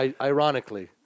ironically